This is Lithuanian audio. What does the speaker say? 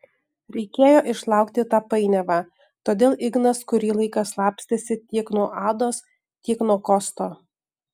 reikėjo išlaukti tą painiavą todėl ignas kurį laiką slapstėsi tiek nuo ados tiek nuo kosto